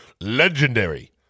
legendary